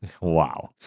Wow